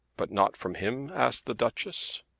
but not from him? asked the duchess.